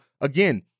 again